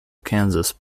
kansas